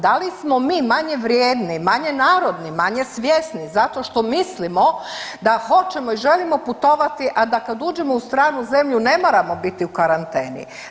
Da li smo mi manje vrijedni, manje narodni, manje svjesni zato što mislimo da hoćemo i želimo putovati, a da kad uđemo u stranu zemlju ne moramo biti u karanteni?